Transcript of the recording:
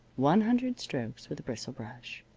one hundred strokes with a bristle brush.